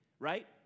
Right